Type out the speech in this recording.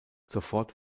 sofort